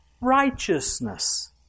righteousness